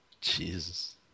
jesus